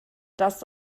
das